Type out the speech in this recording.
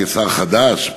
כשר חדש,